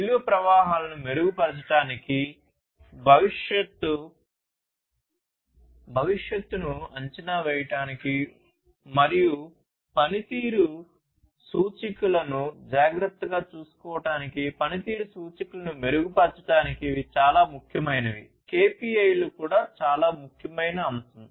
విలువ ప్రవాహాలను మెరుగుపరచడానికి భవిష్యత్తును అంచనా వేయడానికి మరియు పనితీరు సూచికలను జాగ్రత్తగా చూసుకోవడానికి పనితీరు సూచికలను మెరుగుపరచడానికి ఇవి చాలా ముఖ్యమైనవి KPI లు కూడా చాలా ముఖ్యమైన అంశం